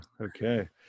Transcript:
Okay